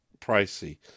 pricey